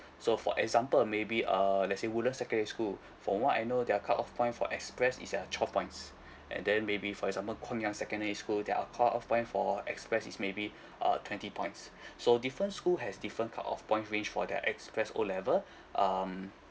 so for example maybe err let's say woodlands secondary school from what I know their cut off point for express is uh twelve points and then maybe for example guangyang secondary school their uh cut off point for express is maybe uh twenty points so different school has different cut off points range for their express O level um